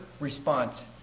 response